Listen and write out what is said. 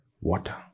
water